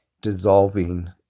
dissolving